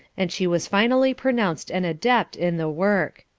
and she was finally pronounced an adept in the work.